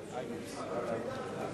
אם משרד התחבורה תומך בחוק,